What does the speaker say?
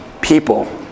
people